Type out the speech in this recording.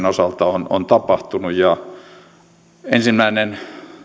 osalta on on tapahtunut ensimmäinen